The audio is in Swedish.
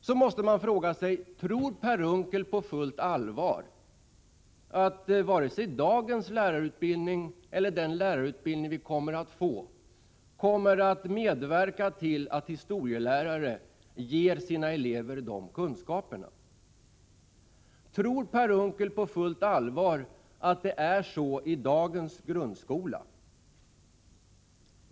Då måste man fråga sig: Tror Per Unckel på fullt allvar att dagens lärarutbildning eller den lärarutbildning vi kommer att få kommer att medverka till att historielärare ger sina elever dessa kunskaper? Tror Per Unckel på fullt allvar att det förhåller sig på det sättet i dagens grundskola?